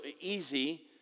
easy